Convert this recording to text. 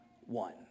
one